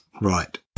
Right